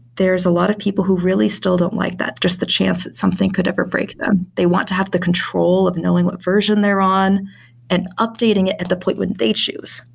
there's a lot of people who really still don't like that, just the chance that something could ever break them. they want to have the control of knowing what version they're on and updating it at the point when they choose.